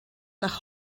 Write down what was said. nach